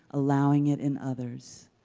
allowing it in others.